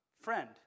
friend